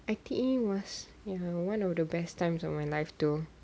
I_T_E was ya one of the best times of my life though